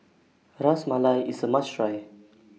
Ras Malai IS A must Try